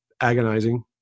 agonizing